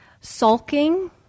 sulking